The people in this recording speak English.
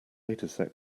dataset